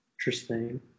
Interesting